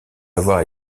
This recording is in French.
avoir